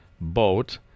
boat